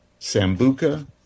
Sambuca